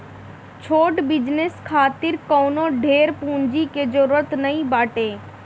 छोट बिजनेस खातिर कवनो ढेर पूंजी के जरुरत नाइ बाटे